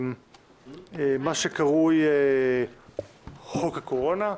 מה שקרוי חוק הקורונה,